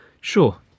Sure